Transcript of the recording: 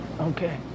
Okay